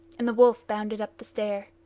and the wolf bounded up the stair.